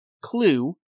clue